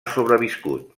sobreviscut